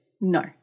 no